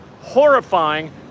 horrifying